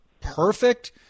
perfect